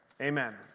Amen